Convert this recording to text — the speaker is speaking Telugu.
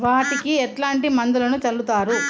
వాటికి ఎట్లాంటి మందులను చల్లుతరు?